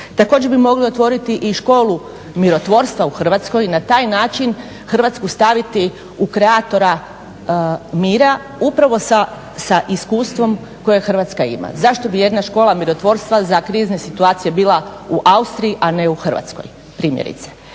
Također bi mogli otvoriti i školu mirotvorstva u Hrvatskoj, na taj način Hrvatsku staviti u kreatora mira upravo sa iskustvom koje Hrvatska ima. Zašto bi jedna škola mirotvorstva za krizne situacije bila u Austriji, a ne u Hrvatskoj primjerice.